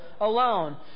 alone